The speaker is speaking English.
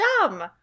dumb